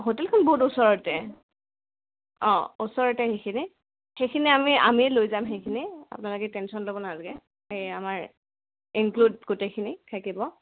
হোটেলখন বহুত ওচৰতে অঁ ওচৰতে সেইখিনি সেইখিনি আমি আমিয়ে লৈ যাম সেইখিনি আপোনালোকে টেনশ্য়ন ল'ব নালাগে এই আমাৰ ইনক্লুড গোটেইখিনি থাকিব